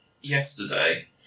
yesterday